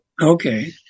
Okay